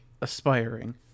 aspiring